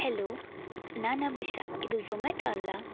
hello ನಾನು ಅಭಿಷ ಇದು ಝೊಮ್ಯಾಟೊ ಅಲ್ಲ